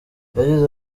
yagize